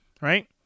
right